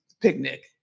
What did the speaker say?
picnic